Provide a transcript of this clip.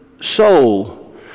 soul